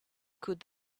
could